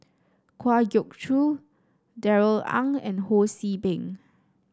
Kwa Geok Choo Darrell Ang and Ho See Beng